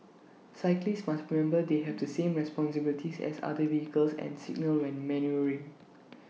cyclists must remember they have the same responsibilities as other vehicles and signal when manoeuvring